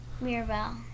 Mirabelle